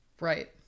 Right